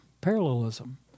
parallelism